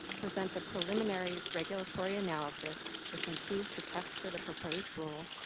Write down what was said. present a preliminary regulatory analysis, which includes a text or the proposed rule,